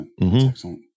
excellent